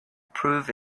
prove